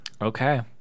Okay